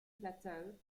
plateau